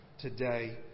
today